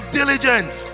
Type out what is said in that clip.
diligence